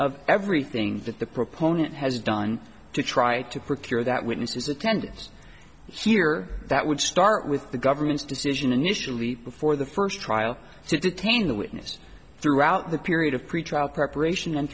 of everything that the proponent has done to try to procure that witnesses attendance here that would start with the government's decision initially before the first trial to detain the witnesses throughout the period of pretrial preparation and